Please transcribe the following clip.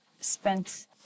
spent